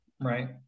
right